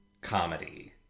comedy